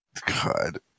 God